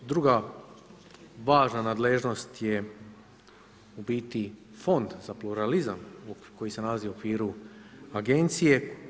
Druga važna nadležnost je u biti Fond za pluralizam koji se nalazi u okviru agencije.